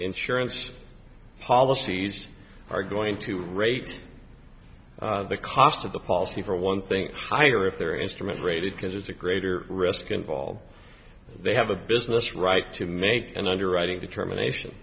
insurance policies are going to rate the cost of the policy for one thing higher if they're instrument rated because there's a greater risk involved they have a business right to make an underwriting determination